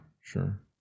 sure